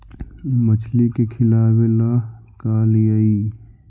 मछली के खिलाबे ल का लिअइ?